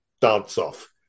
dance-off